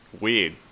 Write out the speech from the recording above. weird